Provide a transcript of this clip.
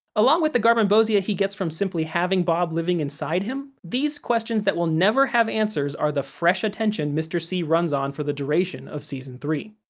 along with the garmonbozia he gets from simply having bob living inside him, these questions that will never have answers are the fresh attention mr. c runs on for the duration of season three.